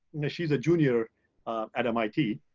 and she's a junior at mit.